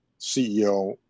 CEO